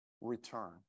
return